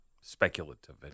speculative